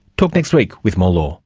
talk next week with more law